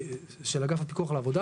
של אגף הפיקוח לעבודה.